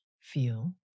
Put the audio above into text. feel